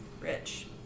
rich